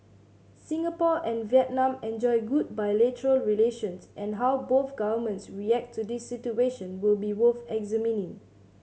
Singapore and Vietnam enjoy good bilateral relations and how both governments react to this situation will be worth examining